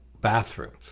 bathrooms